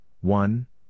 one